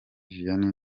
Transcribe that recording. vianney